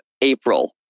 April